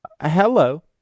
Hello